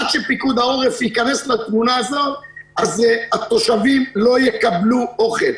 עד שפיקוד העורף ייכנס לתמונה הזו התושבים לא יקבלו אוכל.